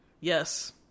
Yes